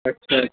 अच्छा अच्छा